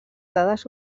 dades